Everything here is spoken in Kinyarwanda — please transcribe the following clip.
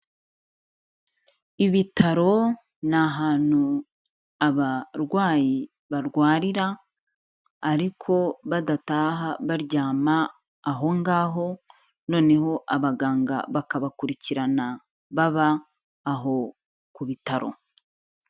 Ibitaro ni ahantu abarwayi barwarira ariko badataha baryama aho ngaho, noneho abaganga bakabakurikirana, baba aho ku bitaro.